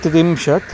त्रिंशत्